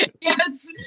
Yes